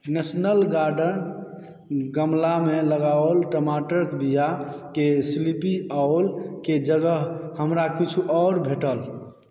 national garden गमलामे लगाओल टमाटरक बीआके स्लीपी आउल के जगह हमरा किछु आओर भेटल